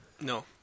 No